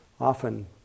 often